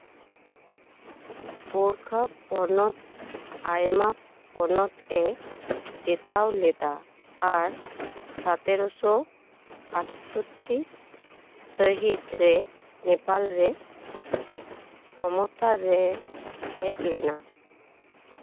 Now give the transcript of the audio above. ᱜᱳᱨᱠᱷᱟ ᱯᱚᱱᱚᱛ ᱟᱭᱢᱟ ᱯᱚᱱᱚᱛ ᱮ ᱪᱮᱛᱟᱣ ᱞᱮᱫᱟ ᱟᱨ ᱥᱟᱛᱮᱨᱚ ᱥᱚ ᱟᱴᱥᱚᱴᱴᱤ ᱥᱟᱹᱦᱤᱛ ᱨᱮ ᱱᱮᱯᱟᱞ ᱨᱮ ᱠᱷᱚᱢᱚᱛᱟᱨᱮᱭ ᱦᱮᱡ ᱞᱮᱱᱟ